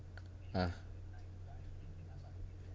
ha